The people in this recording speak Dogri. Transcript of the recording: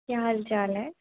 केह् हाल चाल ऐ